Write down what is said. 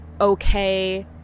okay